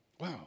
Wow